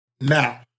now